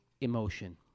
emotion